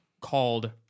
called